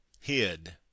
hid